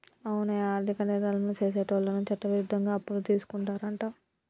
అవునే ఆర్థిక నేరాలను సెసేటోళ్ళను చట్టవిరుద్ధంగా అప్పులు తీసుకుంటారంట